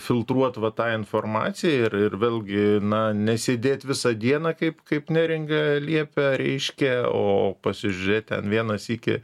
filtruot va tą informaciją ir ir vėlgi na nesėdėt visą dieną kaip kaip neringa liepia reiškia o pasižiūrėt ten vieną sykį